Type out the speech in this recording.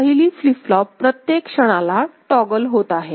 पहिली flip flop प्रत्येक क्षणाला टॉगल होत आहे